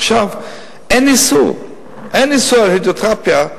אין איסור על הידרותרפיה.